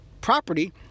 property